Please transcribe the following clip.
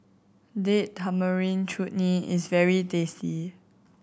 Date Tamarind Chutney is very tasty